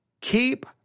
Keep